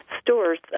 stores